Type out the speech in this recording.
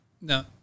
No